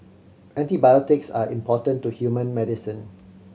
antibiotics are important to human medicine